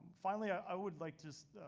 finally, i would like just.